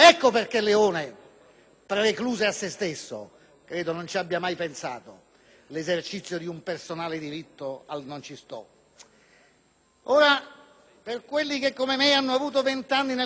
precluse a se stesso - credo non ci abbia mai pensato - l'esercizio del personale diritto al «non ci sto». Per quelli che come me hanno avuto 20 anni nel 1968,